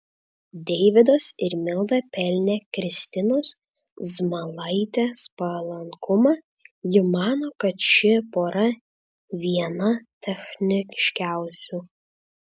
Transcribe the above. deividas ir milda pelnė kristinos zmailaitės palankumą ji mano kad ši pora viena techniškiausių